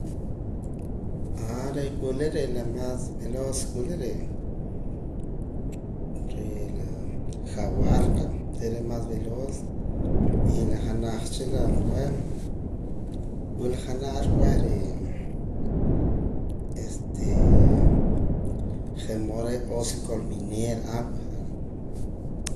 Aaa re' wula re' la más veloz wula re' re' la jaguar qa re' re' la más veloz y la janaj cha qab'eh wila janaj ar b'eh re' este je' mood re' oso corminero algo ja're'